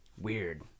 Weird